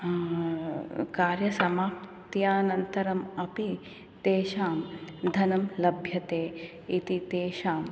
कार्यसमाप्त्यनन्तरम् अपि तेषां धनं लभ्यते इति तेषां